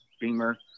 Beamer